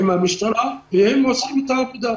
המשטרה עושה את העבודה.